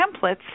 templates